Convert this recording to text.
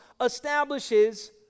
establishes